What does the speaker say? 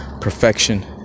perfection